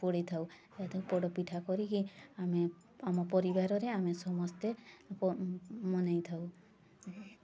ପୋଡ଼ି ଥାଉ ପୋଡ଼ ପିଠା କରିକି ଆମେ ଆମ ପରିବାରରେ ଆମେ ସମସ୍ତେ ମନେଇ ଥାଉ